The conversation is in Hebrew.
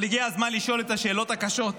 אבל הגיע הזמן לשאול את השאלות הקשות,